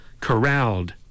corralled